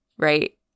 Right